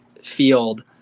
field